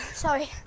Sorry